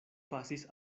pasis